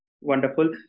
Wonderful